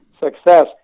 success